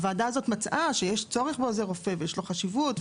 הוועדה הזאת מצאה שיש צורך בעוזר רופא ויש לו חשיבות,